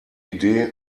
idee